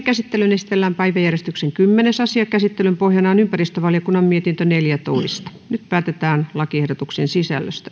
käsittelyyn esitellään päiväjärjestyksen kymmenes asia käsittelyn pohjana on ympäristövaliokunnan mietintö neljätoista nyt päätetään lakiehdotuksen sisällöstä